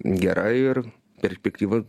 gera ir perspektyvos